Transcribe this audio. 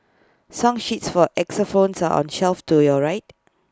song sheets for X phones are on shelf to your right